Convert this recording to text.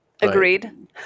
Agreed